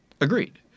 Agreed